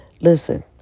Listen